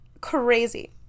crazy